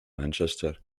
manchester